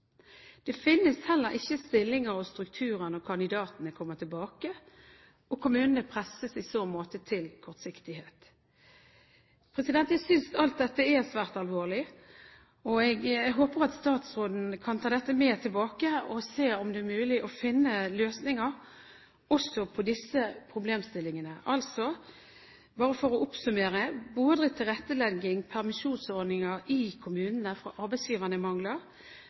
Det finnes heller ikke stillinger og strukturer når kandidatene kommer tilbake, og kommunene presses i så måte til kortsiktighet. Jeg synes alt dette er svært alvorlig, og jeg håper statsråden kan ta dette med tilbake og se om det er mulig å finne løsninger også på disse problemstillingene, altså bare for å oppsummere: Både tilrettelegging og permisjonsordninger fra arbeidsgiverne i kommunene mangler.